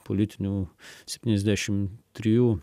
politinių septyniasdešim trijų